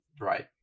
Right